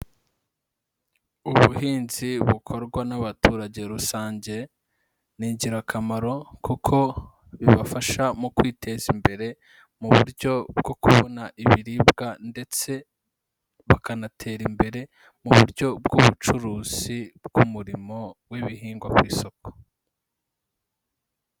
Ubuhinzi bukorwa n'abaturage rusange n'ingirakamaro kuko bibafasha mu kwiteza imbere, mu buryo bwo kubona ibiribwa ndetse bakanatera imbere mu buryo bw'ubucuruzi bw'umurimo w'ibihingwa ku isoko.